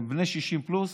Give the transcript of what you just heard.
הם בני 60 פלוס,